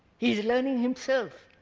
he is learning himself.